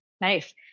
nice